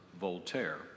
Voltaire